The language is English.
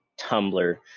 Tumblr